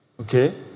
okay